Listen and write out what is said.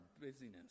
busyness